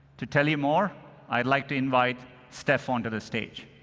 to tell you more, i'd like to invite steph onto the stage.